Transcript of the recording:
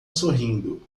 sorrindo